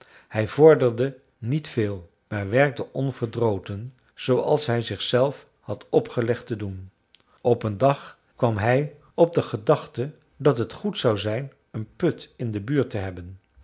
hij vorderde niet veel maar werkte onverdroten zooals hij zichzelf had opgelegd te doen op een dag kwam hij op de gedachte dat het goed zou zijn een put in de buurt te hebben